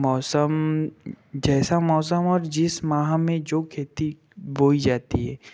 मौसम जैसा मौसम और जिस माह में जो खेती बोई जाती है